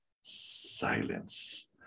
silence